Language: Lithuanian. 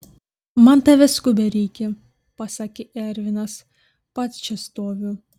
man tavęs skubiai reikia pasakė ervinas pats čia stoviu